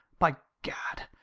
by gad,